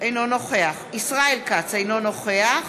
אינו נוכח ישראל כץ, אינו נוכח